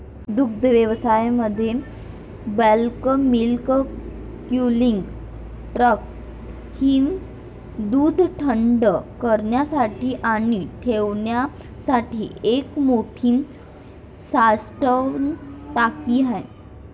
दुग्धव्यवसायामध्ये bulk milk cooling tank ही दूध थंड करण्यासाठी आणि ठेवण्यासाठी एक मोठी साठवण टाकी आहे